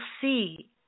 see